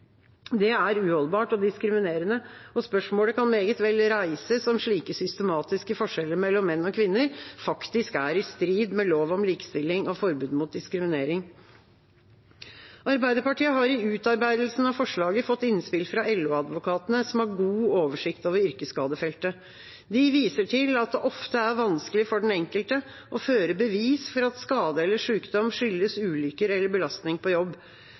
Det er uholdbart og diskriminerende, og spørsmålet kan meget vel reises om slike systematiske forskjeller mellom menn og kvinner faktisk er i strid med lov om likestilling og forbud mot diskriminering. Arbeiderpartiet har i utarbeidelsen av forslaget fått innspill fra LO-advokatene, som har god oversikt over yrkesskadefeltet. De viser til at det ofte er vanskelig for den enkelte å føre bevis for at skade eller sykdom skyldes ulykker eller belastning på jobb.